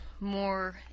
more